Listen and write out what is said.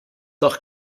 doch